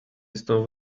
estão